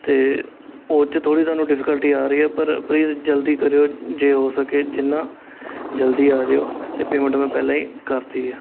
ਅਤੇ ਉਹ 'ਚ ਥੋੜ੍ਹੀ ਸਾਨੂੰ ਡਿਫੀਕਲਟੀ ਆ ਰਹੀ ਹੈ ਪਰ ਪਲੀਜ਼ ਜਲਦੀ ਕਰਿਓ ਜੇ ਹੋ ਸਕੇ ਜਿੰਨਾ ਜਲਦੀ ਆ ਜਿਓ ਅਤੇ ਪੇਮੈਂਟ ਮੈਂ ਪਹਿਲਾਂ ਹੀ ਕਰਤੀ ਆ